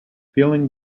feeling